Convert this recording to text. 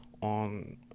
on